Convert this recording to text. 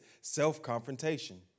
self-confrontation